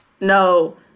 No